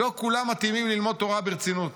לא כולם מתאימים ללמוד תורה ברצינות.